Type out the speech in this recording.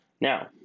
Now